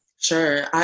Sure